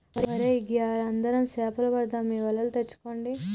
ఒరై గియ్యాల అందరం సేపలు పడదాం మీ వలలు తెచ్చుకోండి